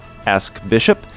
askbishop